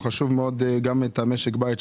חשוב מאוד גם את משק הבית,